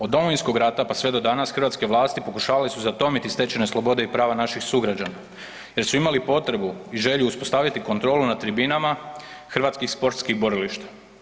Od Domovinskog rata pa sve do danas hrvatske vlasti pokušavale su zatomiti stečene slobode i prava naših sugrađana jer su imali potrebu i želju uspostaviti kontrolu na tribinama hrvatskih sportskih borilišta.